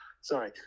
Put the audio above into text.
sorry